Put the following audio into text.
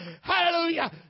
Hallelujah